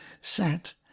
sat